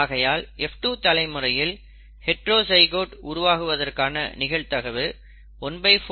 ஆகையால் F2 தலைமுறையில் ஹைட்ரோஜைகோட் உருவாகுவதற்கான நிகழ்தகவு 14 14 அதாவது 12